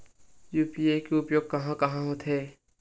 UPI के उपयोग कहां कहा होथे?